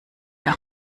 der